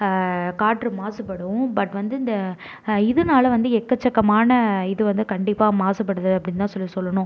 காற்று மாசுபடும் பட் வந்து இந்த இதனால வந்து எக்கச்சக்கமான இது வந்து கண்டிப்பாக மாசுபடுது அப்படின்னு தான் சொல்லி சொல்லணும்